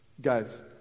guys